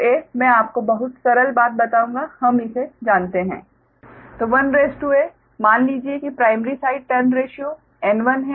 1 a मैं आपको बहुत सरल बात बताऊंगा हम इसे जानते हैं 1 a माना लीजिये कि primary side turn ratio N1 है और secondary side turn ratio N2 है